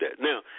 Now